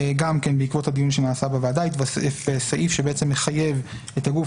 גם כן בעקבות דיון שנעשה בוועדה התווסף סעיף שמחייב את הגוף